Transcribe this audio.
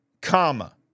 comma